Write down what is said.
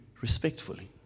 respectfully